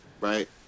Right